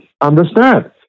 understand